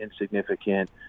insignificant